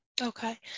Okay